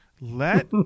let